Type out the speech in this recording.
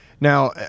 now